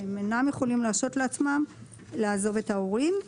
הם אינם יכולים להרשות לעצמם לעזוב את ההורים.